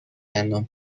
دندان